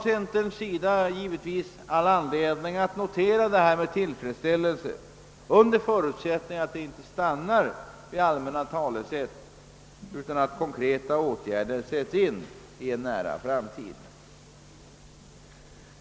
Centerpartiet har givetvis all anledning att notera detta med tillfredställelse, under förutsättning att det inte stannar vid allmänna talesätt utan att konkreta åtgärder sättes in i en nära framtid.